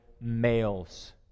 males